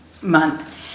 month